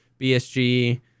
BSG